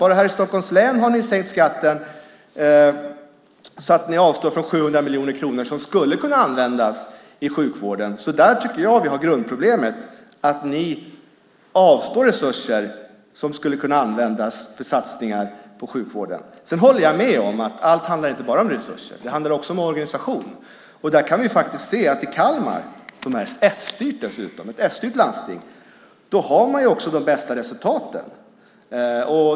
Bara här i Stockholms län har ni sänkt skatten så att ni avstår från 700 miljoner kronor som skulle kunna användas i sjukvården. Där tycker jag att vi har grundproblemet. Ni avstår från resurser som skulle kunna användas till satsningar på sjukvården. Sedan håller jag med om att allt inte bara handlar om resurser. Det handlar också om organisation. I Kalmar, som dessutom är ett s-styrt landsting, har man också de bästa resultaten.